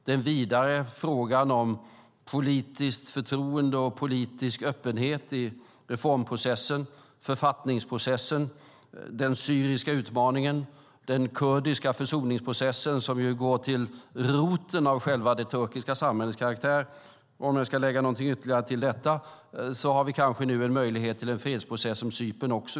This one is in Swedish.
Den vidare frågan handlar om politiskt förtroende och politisk öppenhet i reformprocessen, författningsprocessen, den syriska utmaningen, den kurdiska försoningsprocessen, som ju går till roten av själva det turkiska samhällets karaktär. Om jag ska lägga någonting ytterligare till detta kan jag säga att vi kanske nu har en möjlighet till en fredsprocess när det gäller Cypern också.